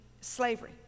slavery